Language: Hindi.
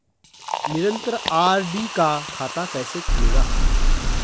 निरन्तर आर.डी का खाता कैसे खुलेगा?